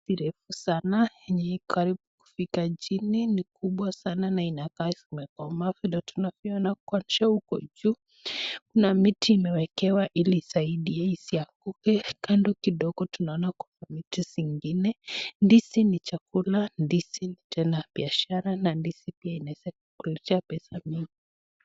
Ndizi refu sana yenye iko karibu kufika chini, ni kubwa sana na inakaa imekomaa vile tunavyoona kuanzia huko juu kuna miti imewekelewa ili isaidie isianguke, kando kidogo tunaona kuna miti zingine. Ndizi ni chakula, ndizi biashara na ndizi tena inaeza kuletea pesa mingi.